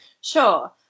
Sure